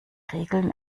regeln